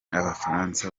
abafaransa